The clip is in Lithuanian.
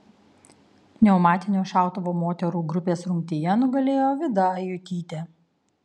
pneumatinio šautuvo moterų grupės rungtyje nugalėjo vida ajutytė